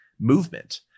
movement